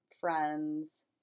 friends